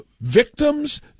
victims